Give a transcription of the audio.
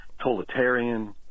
totalitarian